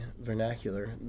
vernacular